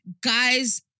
guys